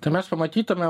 tai mes pamatytume